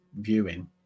viewing